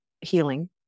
healing